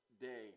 day